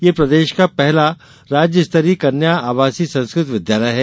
यह प्रदेश का पहला राज्य स्तरीय कन्या आवासीय संस्कृत विद्यालय है